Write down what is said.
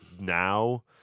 now